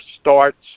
starts